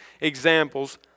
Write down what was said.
examples